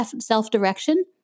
self-direction